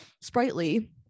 sprightly